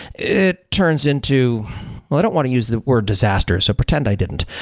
it turns into but i don't want to use the word disasters. so pretend i didn't.